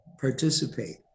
participate